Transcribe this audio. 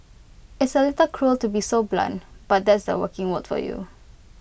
it's A little cruel to be so blunt but that's the working world for you